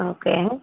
okay